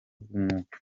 bw’umwuka